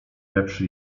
lepszy